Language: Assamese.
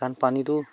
সেইকাৰণ পানীটো